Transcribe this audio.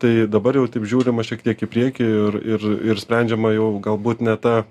tai dabar jau taip žiūrima šiek tiek į priekį ir ir ir sprendžiama jau galbūt ne ta